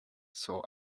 saw